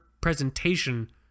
presentation